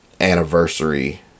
anniversary